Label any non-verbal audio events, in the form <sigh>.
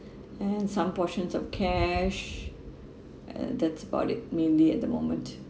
<breath> and some portions of cash and that's about it mainly at the moment